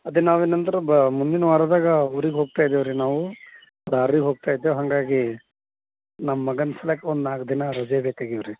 ಅದೇ ನಾವೇನಂದ್ರೆ ಬ ಮುಂದಿನ ವಾರದಾಗ ಊರಿಗೆ ಹೋಗ್ತಾಯಿದೇವ್ರಿ ನಾವು ದಾರಿಗೆ ಹೋಗ್ತಾ ಇದ್ದೆ ಹಾಗಾಗಿ ನಮ್ಮ ಮಗನ್ನ ಸಲಾಕ್ ಒಂದು ನಾಲ್ಕು ದಿನ ರಜೆ ಬೇಕಾಗಿವ್ರಿ